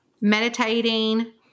meditating